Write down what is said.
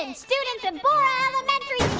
ah students of bora elementary